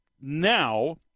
Now